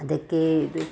ಅದಕ್ಕೆ ಬೆ